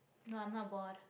no I'm not bored